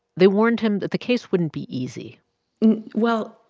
they warned him that the case wouldn't be easy well,